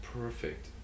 perfect